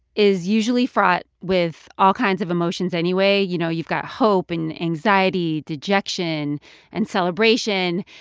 is usually fraught with all kinds of emotions anyway. you know, you've got hope and anxiety, dejection and celebration.